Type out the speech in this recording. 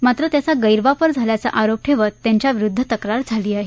मात्र त्याचं गैरवापर झाल्याचा आरोप ठेवत त्यांच्याविरुद्ध तक्रार दाखल झाली आहे